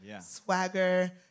swagger